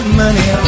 money